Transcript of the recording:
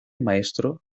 maestro